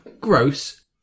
gross